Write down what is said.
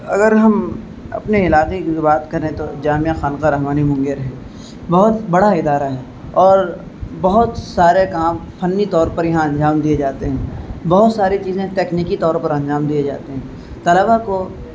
اگر ہم اپنے علاقے کی بات کریں تو جامعہ خانقاہ رحمانی منگیر ہے بہت بڑا ادارہ ہے اور بہت سارے کام فنی طور پر یہاں انجام دیے جاتے ہیں بہت ساری چیزیں تکنیکی طور پر انجام دیے جاتے ہیں طلبا کو